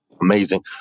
Amazing